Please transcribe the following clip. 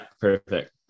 perfect